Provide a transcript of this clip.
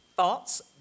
thoughts